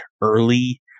early